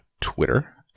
Twitter